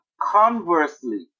conversely